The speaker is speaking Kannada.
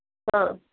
ಹಾಂ